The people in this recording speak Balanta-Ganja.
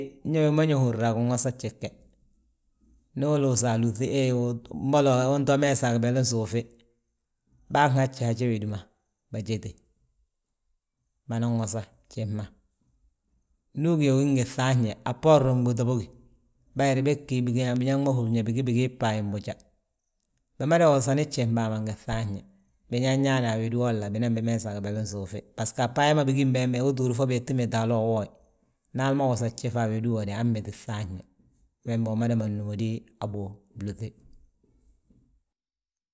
Ño wi ma ñe húrna a ginwosa gjif ge, ndu uluusa alúŧi, he mbolo unto meesa a gibeli suufi, baahaji haje wédi ma bajeti. Banan wosa gjif ma, ndu ugí yaa ugí ngi fŧafñe, a bboorin gbúuta bogi. Bayiri bég gí biñaŋ ma húri yaa bigi bigii bayin boja. Bimada wosani gjifim bàa ma ngi fŧafñe, biñañaani a wédi wolla, binan bi meesa a gibelin suufi. Basgo a bayi ma bigim bembe, uu ttúur fo bitti méti hala uwooye. Ndi hali ma wosa gjif, a wédi uwoda aa mméti fŧafñe, wembe wi mada ma númidi a bów blúŧi.